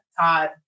Todd